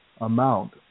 amount